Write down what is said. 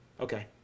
okay